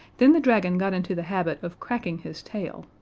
then the dragon got into the habit of cracking his tail,